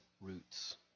roots